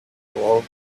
world